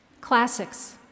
Classics